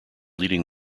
leading